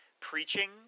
preaching